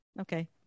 Okay